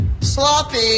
sloppy